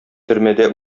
төрмәдә